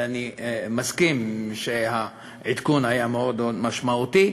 ואני מסכים שהעדכון היה מאוד משמעותי,